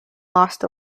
lost